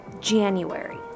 January